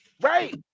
Right